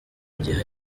giha